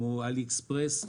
כמו עלי אקספרס.